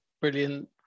brilliant